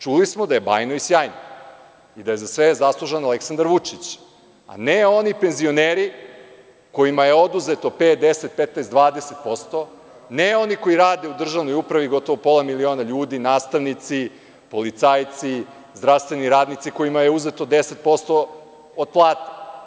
Čuli samo da je bajno i sjajno, i da je za sve zaslužan Aleksandar Vučić, a ne oni penzioneri kojima je oduzeto pet, deset, petnaest, dvadeset posto, ne oni koji rade u državnoj upravi gotovo pola miliona ljudi, nastavnici, policajci, zdravstveni radnici, kojima je uzeto 10% od plate.